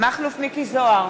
מכלוף מיקי זוהר,